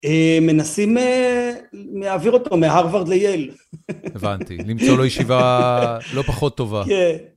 מנסים להעביר אותו מההרווארד לייל. -הבנתי, למצוא לו ישיבה לא פחות טובה. -כן